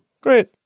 Great